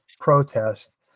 protest